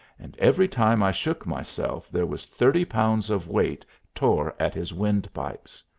and every time i shook myself there was thirty pounds of weight tore at his wind-pipes.